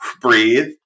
Breathe